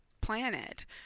planet